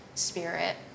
spirit